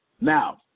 Now